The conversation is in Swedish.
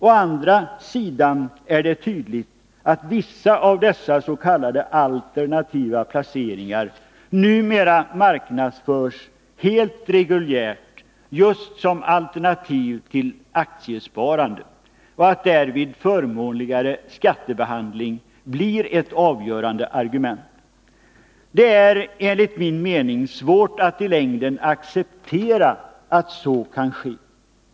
Å andra sidan är det tydligt att vissa av dessa s.k. alternativa placeringar numera marknadsförs helt reguljärt just som alternativ till aktiesparande och att därvid den förmånliga skattebehandlingen blir ett avgörande argument. Det är enligt min mening svårt att i längden acceptera att så kan ske.